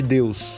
Deus